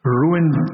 ruined